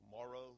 tomorrow